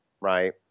Right